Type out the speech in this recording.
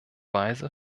weise